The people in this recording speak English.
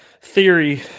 theory